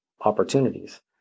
opportunities